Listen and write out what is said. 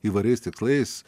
įvairiais tikslais